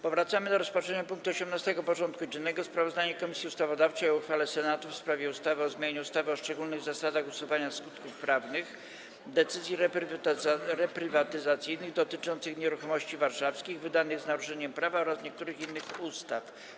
Powracamy do rozpatrzenia punktu 18. porządku dziennego: Sprawozdanie Komisji Ustawodawczej o uchwale Senatu w sprawie ustawy o zmianie ustawy o szczególnych zasadach usuwania skutków prawnych decyzji reprywatyzacyjnych dotyczących nieruchomości warszawskich, wydanych z naruszeniem prawa oraz niektórych innych ustaw.